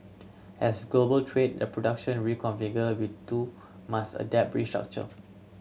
as global trade and production reconfigure we too must adapt restructure